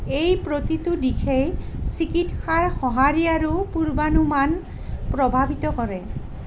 এই প্ৰতিটো দিশেই চিকিৎসাৰ সঁহাৰি আৰু পূৰ্বানুমান প্ৰভাৱিত কৰে